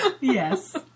Yes